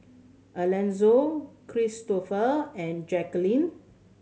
Elonzo Kristofer and Jacquelynn